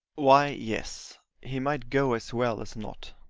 why, yes he might go as well as not.